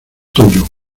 tuyo